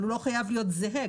אבל הוא לא חייב להיות זהה.